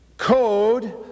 code